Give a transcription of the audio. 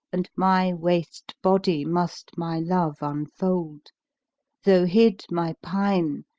and my waste body must my love unfold though hid my pine,